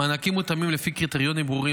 המענקים מותאמים לפי קריטריונים ברורים,